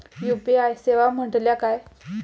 UPI सेवा म्हटल्या काय?